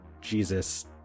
Jesus